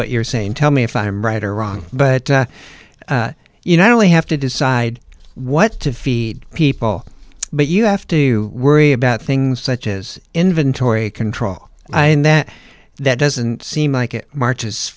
what you're saying tell me if i'm right or wrong but you know we have to decide what to feed people but you have to worry about things such as inventory control and that that doesn't seem like it marches